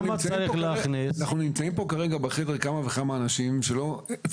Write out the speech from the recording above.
למה צריך להכניס אנחנו נמצאים כרגע בחדר כמה וכמה אנשים ואני